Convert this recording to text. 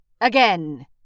Again